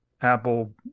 Apple